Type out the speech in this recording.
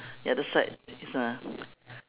the other side is a